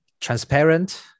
transparent